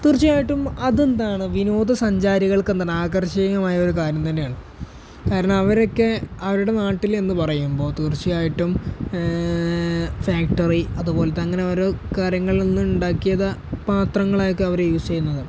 തീർച്ചയായിട്ടും അതെന്താണ് വിനോദസഞ്ചാരികൾക്കെന്താണ് ആകർഷകമായൊരു കാര്യം തന്നെയാണ് കാരണം അവരൊക്കെ അവരുടെ നാട്ടിൽ എന്നു പറയുമ്പോൾ തീർച്ചയായിട്ടും ഫാക്ടറി അതുപോലത്തെ അങ്ങനെ ഓരോ കാര്യങ്ങളിൽ നിന്നും ഉണ്ടാക്കിയതാണ് പാത്രങ്ങളായിക്കോട്ടെ അവർ യൂസ് ചെയ്യുന്നത്